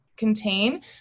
contain